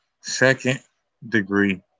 second-degree